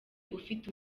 ufite